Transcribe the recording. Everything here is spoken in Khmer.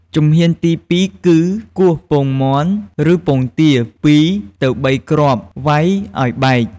ជំហានទីពីរគឺ គោះពងមាន់ឬពងទា ២ ទៅ ៣ គ្រាប់ វ៉ៃឱ្យបែក។